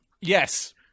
yes